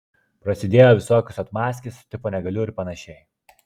prasidėjo visokios atmazkės tipo negaliu ir panašiai